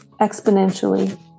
exponentially